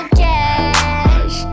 cash